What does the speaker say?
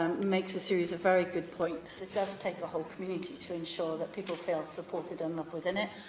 makes a series of very good points. it does take a whole community to ensure that people feel supported um enough within it,